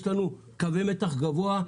יש לנו קווי מתח גבוה,